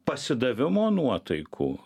pasidavimo nuotaikų